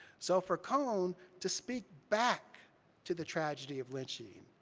so for cone, to speak back to the tragedy of lynching,